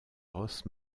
ross